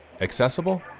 accessible